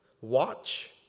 Watch